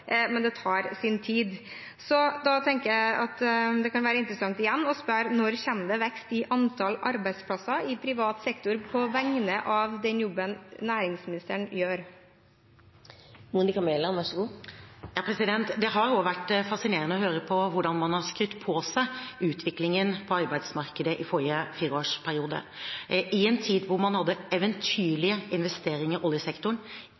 men det tar sin tid. Så da tenker jeg det kan være interessant igjen å spørre: Når kommer det vekst i antall arbeidsplasser i privat sektor på vegne av den jobben næringsministeren gjør? Det har vært fascinerende å høre på hvordan man har skrytt på seg utviklingen på arbeidsmarkedet i forrige fireårsperiode – i en tid da man hadde eventyrlige investeringer i oljesektoren,